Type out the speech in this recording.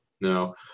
No